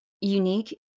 unique